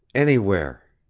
anywhere.